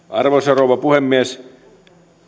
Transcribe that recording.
arvoisa rouva puhemies